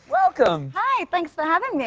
welcome. hi. thanks for having me.